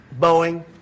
Boeing